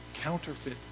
counterfeit